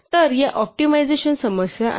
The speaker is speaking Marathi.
तर या ऑप्टिमायझेशन समस्या आहेत